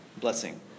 blessing